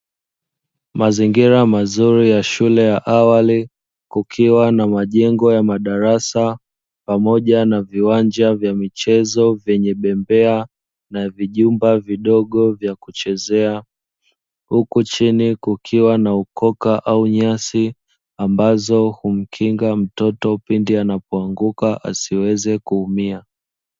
Mazingira mazuri ya shule ya awali kukiwa na majengo ya madarasa, pamoja na viwanja vya michezo vyenye bembea na vijumba vidogo vya kuchezea. Huku chini kukiwa na ukoka au nyasi ambazo humkinga mtoto pindi anapoanguka asiweze kuumia.